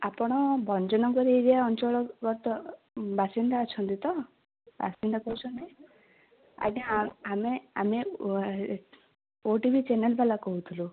ଆପଣ ଭଜଭଞ୍ଜନଗର ଏରିଆ ଅଞ୍ଚଳଗତ ବାସିନ୍ଦା ଅଛନ୍ତି ତ ବାସିନ୍ଦା କହୁଛନ୍ତି ଆଜ୍ଞା ଆମେ ଓଟିଭି ଚ୍ୟାନେଲ୍ ବାଲା କହୁଥିଲୁ